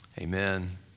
amen